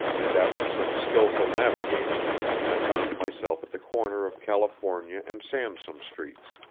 and after some skilful navigating i found myself at the corner of california and sansome streets,